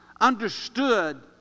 understood